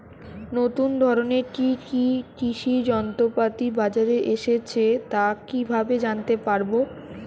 নতুন ধরনের কি কি কৃষি যন্ত্রপাতি বাজারে এসেছে তা কিভাবে জানতেপারব?